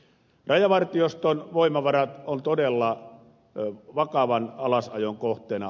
rajavartioston voimavarat ovat todella vakavan alasajon kohteena